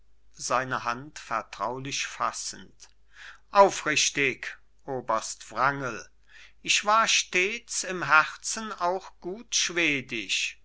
seine hand vertraulich fassend aufrichtig oberst wrangel ich war stets im herzen auch gut schwedisch